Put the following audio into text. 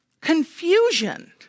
confusion